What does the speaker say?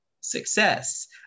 success